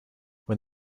when